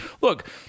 look